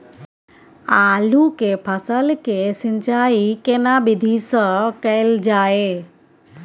आलू के फसल के सिंचाई केना विधी स कैल जाए?